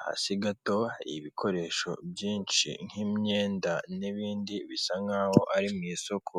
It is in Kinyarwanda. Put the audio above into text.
hasi gato hari ibikoresho byinshi nk'imyenda n'ibindi bisa nk'aho ari mu isoko.